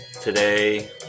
Today